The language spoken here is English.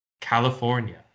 California